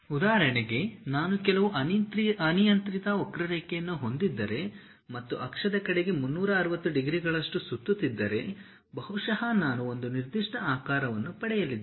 ಉದಾಹರಣೆಗೆ ನಾನು ಕೆಲವು ಅನಿಯಂತ್ರಿತ ವಕ್ರರೇಖೆಯನ್ನು ಹೊಂದಿದ್ದರೆ ಮತ್ತು ಅಕ್ಷದ ಕಡೆಗೆ 360 ಡಿಗ್ರಿಗಳಷ್ಟು ಸುತ್ತುತ್ತಿದ್ದರೆ ಬಹುಶಃ ನಾನು ಒಂದು ನಿರ್ದಿಷ್ಟ ಆಕಾರವನ್ನು ಪಡೆಯಲಿದ್ದೇನೆ